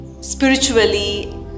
spiritually